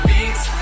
Beats